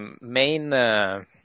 main